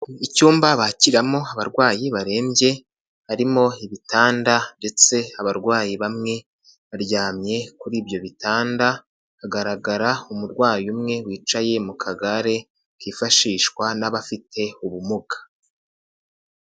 Icyumba bakiramo abarwayi barembye, harimo ibitanda ndetse abarwayi bamwe baryamye kuri ibyo bitanda, hagaragara umurwayi umwe wicaye mu kagare, kifashishwa n'abafite ubumuga.